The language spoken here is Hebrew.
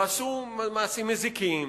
ועשו מעשים מזיקים,